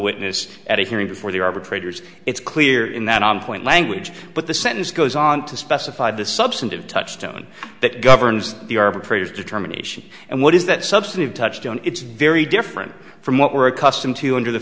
witness at a hearing before the arbitrator's it's clear in that on point language but the sentence goes on to specify the substantive touchstone that governs the arbitrator's determination and what is that substantive touched on it's very different from what we're accustomed to under the